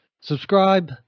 subscribe